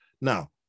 Now